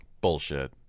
Bullshit